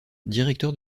directeur